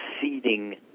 seeding